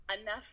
enough